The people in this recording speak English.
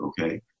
Okay